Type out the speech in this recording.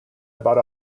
about